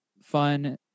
fun